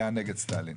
היה נגד סטאלין,